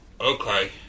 Okay